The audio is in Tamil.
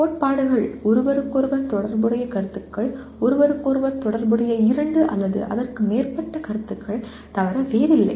கோட்பாடுகள் ஒருவருக்கொருவர் தொடர்புடைய கருத்துக்கள் ஒருவருக்கொருவர் தொடர்புடைய இரண்டு அல்லது அதற்கு மேற்பட்ட கருத்துக்கள் தவிர வேறில்லை